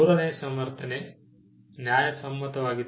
ಮೂರನೆಯ ಸಮರ್ಥನೆ ನ್ಯಾಯಸಮ್ಮತವಾಗಿದೆ